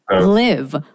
live